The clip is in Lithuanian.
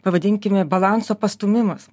pavadinkime balanso pastūmimas